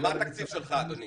מה התקציב שלך, אדוני?